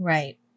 Right